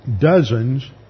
dozens